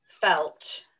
felt